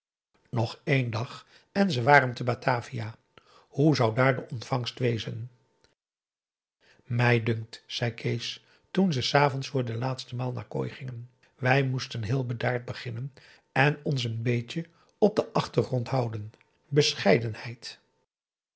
nog één dag en ze waren te batavia hoe zou dààr de ontvangst wezen mij dunkt zei kees toen ze s avonds voor de laatste maal naar kooi gingen wij moesten heel bedaard beginnen en ons n beetje op den achtergrond houden bescheidenheid